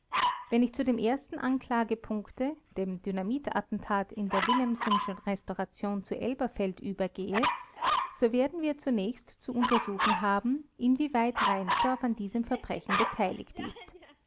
wenn ich zu dem ersten anklagepunkte dem dynamitattentat in der willemsenschen restauration zu elberfeld übergehe so werden wir zunächst zu untersuchen haben inwieweit reinsdorf an diesem verbrechen beteiligt ist